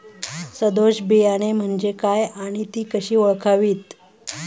सदोष बियाणे म्हणजे काय आणि ती कशी ओळखावीत?